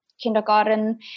kindergarten